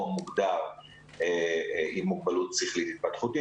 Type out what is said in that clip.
או מוגדר עם מוגבלות שכלית התפתחותית,